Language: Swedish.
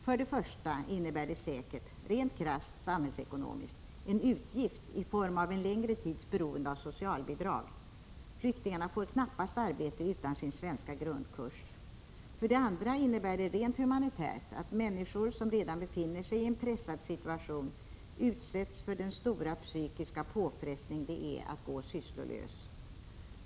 För det första innebär det säkert — rent krasst samhällsekonomiskt — en utgift i form av en längre tids beroende av socialbidrag; flyktingarna får knappast arbete utan sin svenska grundkurs. För det andra innebär det rent humanitärt att människor som redan befinner sig i en pressad situation utsätts för den stora psykiska påfrestning det är att gå sysslolös.